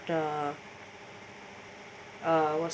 the uh what's